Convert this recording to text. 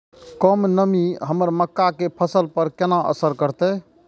कम नमी हमर मक्का के फसल पर केना असर करतय?